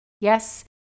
Yes